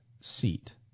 seat